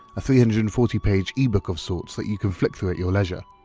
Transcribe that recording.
a three hundred and forty page ebook of sorts that you can flick through at your leisure.